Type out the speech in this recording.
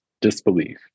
Disbelief